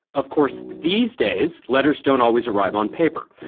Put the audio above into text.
of course these days, letters don't always arrive on paper.